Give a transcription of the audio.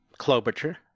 Klobuchar